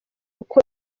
uko